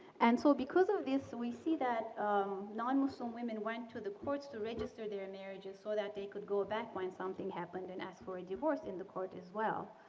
and so because of this, we see that non-muslim women went to the courts to register their marriages so that they could go back when something happened and ask for a divorce in the court as well.